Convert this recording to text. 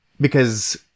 because-